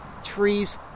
trees